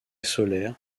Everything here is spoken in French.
solaire